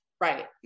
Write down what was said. right